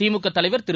திமுகதலைவர் திரு